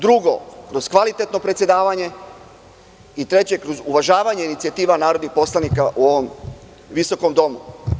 Drugo, kroz kvalitetno predsedavanje i, treće, kroz uvažavanje inicijativa narodnih poslanika u ovom visokom domu.